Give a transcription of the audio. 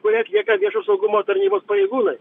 kurie atlieka viešo saugumo tarnybos pareigūnai